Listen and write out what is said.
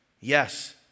Yes